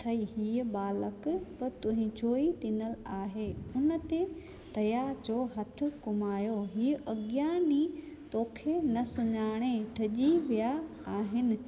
थई हीअं बालक त तुंहिंजो ई ॾिनल आहे हुन ते दया जो हथु घुमायो हीअं अज्ञानी तोखे न सुञाणे डिॼी विया आहिनि